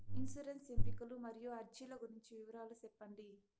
insurance ఎంపికలు మరియు అర్జీల గురించి వివరాలు సెప్పండి